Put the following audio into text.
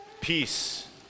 peace